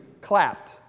clapped